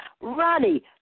Ronnie